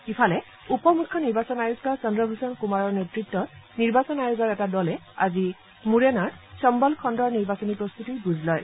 ইফালে উপ মুখ্য নিৰ্বাচন আয়ুক্ত চদ্ৰভূষণ কুমাৰৰ নেতৃত্তত নিৰ্বাচন আয়োগৰ এটা দলে আজি মুৰেনাৰ চম্বল খণ্ডৰ নিৰ্বাচনী প্ৰস্তুতিৰ বুজ লয়